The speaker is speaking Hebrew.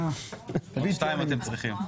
עוד שניים אתם צריכים.